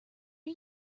are